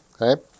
okay